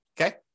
okay